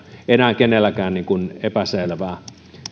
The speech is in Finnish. enää kenellekään epäselvää